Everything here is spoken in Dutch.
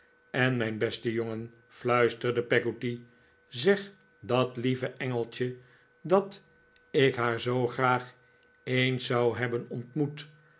en mijn beste jongen fluisterde peggotty zeg dat lieve engeltje dat ik haar zoo graag eens zou hebben ontmoet